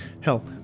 hell